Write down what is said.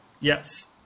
yes